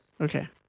Okay